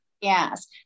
Yes